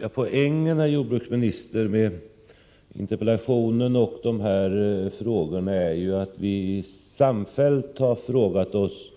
Herr talman! Poängen med interpellationen och frågorna är att vi samfällt har frågat oss: